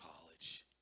college